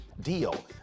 deal